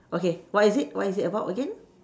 okay what is it what is it about again